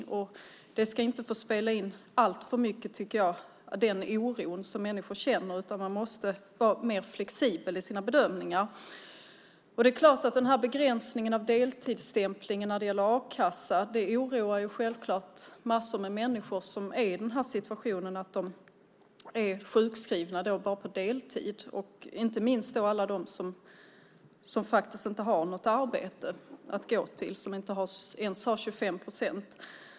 Den oro som människor känner ska inte få spela in alltför mycket, utan man måste vara mer flexibel i sina bedömningar. Det är klart att begränsningen av deltidsstämpling när det gäller a-kassa oroar massor av människor som är i situationen att de är sjukskrivna bara på deltid, inte minst alla de som inte har något arbete att gå till, som inte ens jobbar 25 procent.